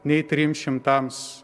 nei trim šimtams